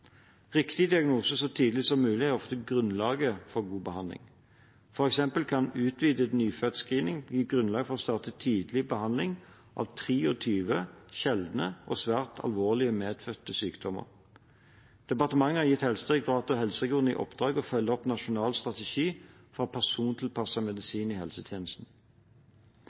Riktig diagnose så tidlig som mulig er ofte grunnlaget for god behandling. For eksempel kan utvidet nyfødtscreening gi grunnlag for å starte tidlig behandling av 23 sjeldne og svært alvorlige medfødte sykdommer. Departementet har gitt Helsedirektoratet og helseregionene i oppdrag å følge opp Nasjonal strategi for persontilpasset medisin i helsetjenesten.